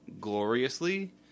gloriously